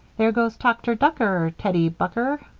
there goes toctor ducker, tettie bucker.